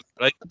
right